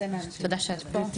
שלום גברתי.